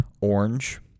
Orange